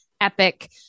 epic